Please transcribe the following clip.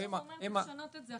הם אומרים לשנות את זה,